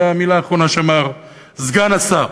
זה המילה האחרונה שאמר סגן השר.